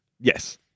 Yes